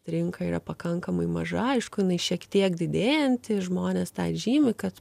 rinka yra pakankamai maža aišku jinai šiek tiek didėjanti žmonės tą ir žymi kad